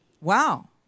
Wow